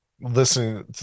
listening